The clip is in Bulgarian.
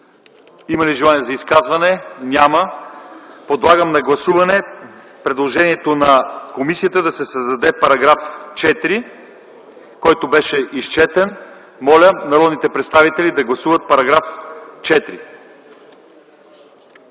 Има ли желание за изказвания? Няма. Подлагам на гласуване предложението на комисията да се създаде § 4, който беше изчетен. Моля народните представители да гласуват § 4.